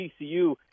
TCU